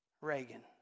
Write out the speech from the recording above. Reagan